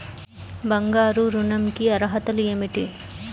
బంగారు ఋణం కి అర్హతలు ఏమిటీ?